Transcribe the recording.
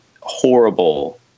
horrible